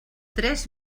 tres